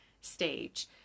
stage